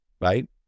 right